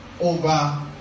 over